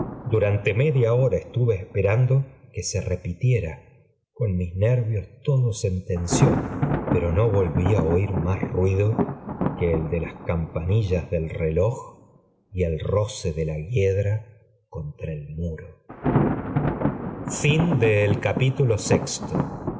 durante media hora estuve esperando que se remitiera con mis nervios todos en tensión pero no volví á oir más ruido que el de las campanillas del reloj y el roce de la hiedra contra el muro